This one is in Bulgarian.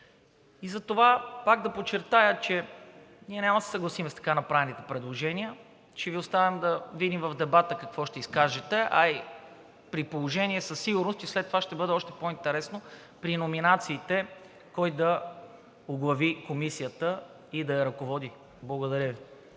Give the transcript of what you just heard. И затова, пак да подчертая, че ние няма да се съгласим с така направените предложения, ще Ви оставим да видим в дебата какво ще изкажете, а и при положение че със сигурност след това ще бъде още по-интересно при номинациите кой да оглави Комисията и да я ръководи. Благодаря Ви.